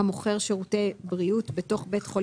המוכר שירותי בריאות בתוך בית חולים